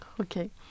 Okay